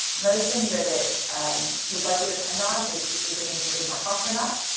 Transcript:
another thing that it would likely depend on is if your domain is really markov or not.